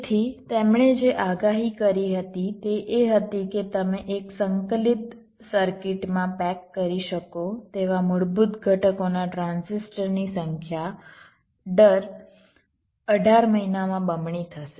તેથી તેમણે જે આગાહી કરી હતી તે એ હતી કે તમે એક સંકલિત સર્કિટમાં પેક કરી શકો તેવા મૂળભૂત ઘટકોના ટ્રાન્ઝિસ્ટરની સંખ્યા દર અઢાર મહિનામાં બમણી થશે